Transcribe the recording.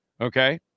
okay